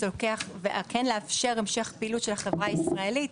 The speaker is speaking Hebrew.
כן לאפשר המשך פעילות של החברה הישראלית,